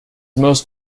most